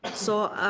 so